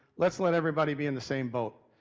let's let everybody be in the same boat.